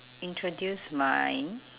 introduce my